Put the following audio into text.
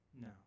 No